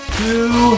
two